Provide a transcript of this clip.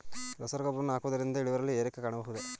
ರಸಗೊಬ್ಬರವನ್ನು ಹಾಕುವುದರಿಂದ ಇಳುವರಿಯಲ್ಲಿ ಏರಿಕೆ ಕಾಣಬಹುದೇ?